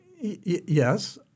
Yes